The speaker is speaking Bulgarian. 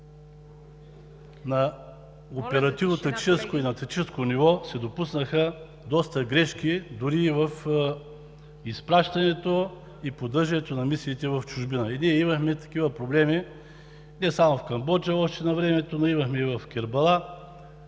на оперативно-техническо и тактическо ниво се допуснаха доста грешки дори и в изпращането и поддържането на мисиите в чужбина. Ние имахме такива проблеми не само навремето в Камбоджа, но имахме и в Кербала,